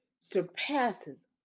surpasses